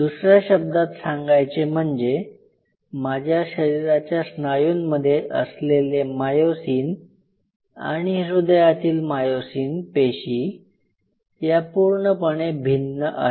दुसर्या शब्दात सांगायचे म्हणजे माझ्या शरीराच्या स्नायूंमध्ये असलेले मायोसिन आणि हृदयातील मायोसिन पेशी या पूर्णपणे भिन्न आहेत